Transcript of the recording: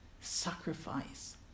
sacrifice